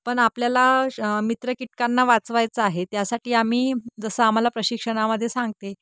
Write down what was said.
पण आपल्याला श मित्र किटकांना वाचवायचं आहे त्यासाठी आम्ही जसं आम्हाला प्रशिक्षणामध्ये सांगते